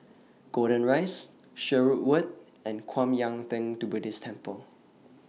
Golden Rise Sherwood Road and Kwan Yam Theng Buddhist Temple